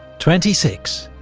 twenty six.